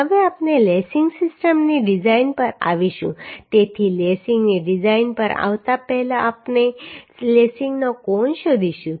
હવે આપણે લેસિંગ સિસ્ટમની ડિઝાઇન પર આવીશું તેથી લેસિંગની ડિઝાઇન પર આવતા પહેલા આપણે લેસિંગનો કોણ શોધીશું